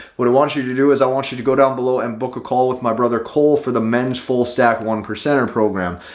what he wants you to do is i want you to go down below and book a call with my brother cole for the men's full stack one percenter program.